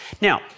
Now